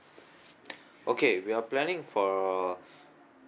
okay we are planning for